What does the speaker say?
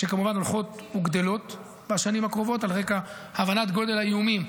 שכמובן הולכות וגדלות בשנים הקרובות על רקע הבנת גודל האיומים.